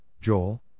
Joel